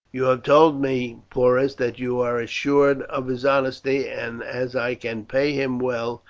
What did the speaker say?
you have told me, porus, that you are assured of his honesty, and as i can pay him well,